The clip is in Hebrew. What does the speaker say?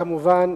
כמובן,